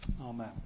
Amen